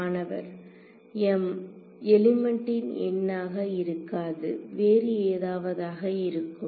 மாணவர் m எலிமெண்டின் எண்ணாக இருக்காது வேறு ஏதாவதாக இருக்கும்